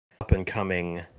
up-and-coming